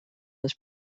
this